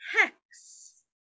Hex